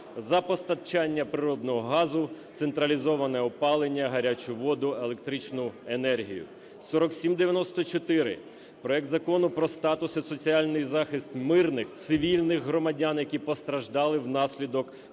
за постачання природного газу, централізоване опалення, гарячу воду, електричну енергію; 4794 - проект Закону про статус і соціальний захист мирних цивільних громадян, які постраждали внаслідок